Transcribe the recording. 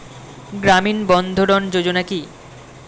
গ্রামীণ বন্ধরন যোজনা কি?